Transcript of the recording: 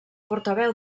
portaveu